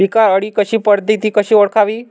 पिकावर अळी कधी पडते, ति कशी ओळखावी?